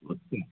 okay